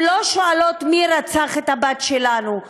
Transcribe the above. הם לא שואלים: מי רצח את הבת שלנו,